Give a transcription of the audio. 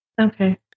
Okay